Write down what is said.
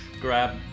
Grab